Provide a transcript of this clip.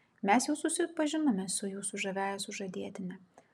mes jau susipažinome su jūsų žaviąja sužadėtine